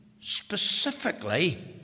specifically